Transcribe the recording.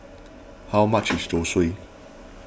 how much is Zosui